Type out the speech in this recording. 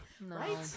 Right